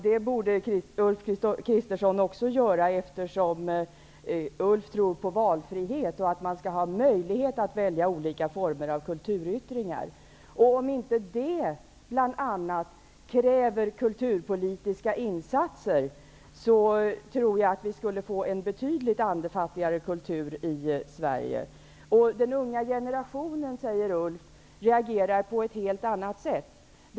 Det borde Ulf Kristersson också göra, eftersom han tror på valfrihet och att man skall ha möjlighet att välja olika former av kulturyttringar. Om inte det krävde bl.a. kulturpolitiska insatser, tror jag att vi skulle få en betydligt andefattigare kultur i Sverige. Den unga generationen reagerar på ett helt annat sätt, säger Ulf Kristersson.